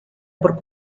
por